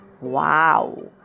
wow